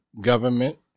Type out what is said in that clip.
government